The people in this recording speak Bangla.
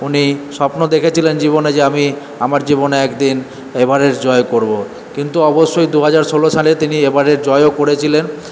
উনি স্বপ্ন দেখেছিলেন জীবনে যে আমি আমার জীবনে একদিন এভারেস্ট জয় করবো কিন্তু অবশ্যই দুহাজার ষোলো সালে তিনি এভারেস্ট জয়ও করেছিলেন